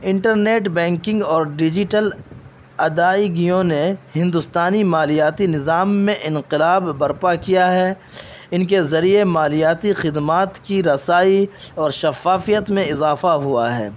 inter net banking اور digital ادائیگیوں نے ہندوستانی مالیاتی نظام میں انقلاب برپا کیا ہے ان کے ذریعے مالیاتی خدمات کی رسائی اور شفافیت میں اضافہ ہوا ہے